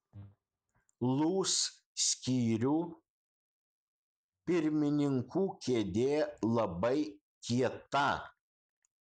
lūs skyrių pirmininkų kėdė labai kieta